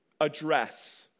address